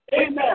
Amen